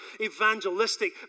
evangelistic